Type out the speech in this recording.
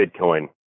Bitcoin